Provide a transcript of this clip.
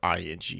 ing